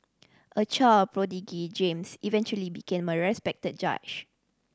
a child prodigy James eventually became a respected judge